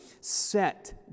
set